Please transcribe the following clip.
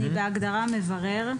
"מברר"